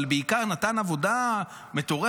אבל בעיקר נתן עבודה מטורפת,